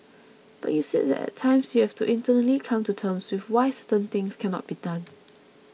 but you said that at times you have to internally come to terms with why certain things cannot be done